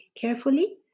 carefully